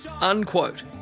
unquote